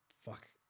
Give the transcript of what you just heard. Fuck